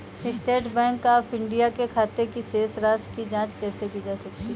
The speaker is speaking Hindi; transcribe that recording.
स्टेट बैंक ऑफ इंडिया के खाते की शेष राशि की जॉंच कैसे की जा सकती है?